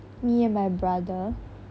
me and my brother